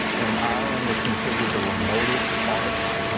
and ireland was considered the remotest parts,